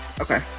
Okay